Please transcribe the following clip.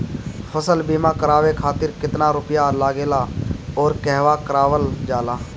फसल बीमा करावे खातिर केतना रुपया लागेला अउर कहवा करावल जाला?